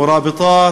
ה"מוראביטאת",